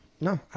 No